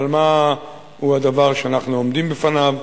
אבל מה הוא הדבר שאנחנו עומדים בפניו?